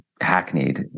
hackneyed